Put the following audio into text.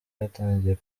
yatangiye